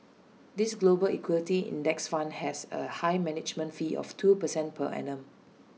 this global equity index fund has A high management fee of two percent per annum